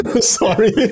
Sorry